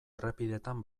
errepideetan